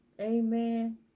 Amen